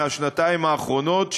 מהשנתיים האחרונות,